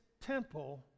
temple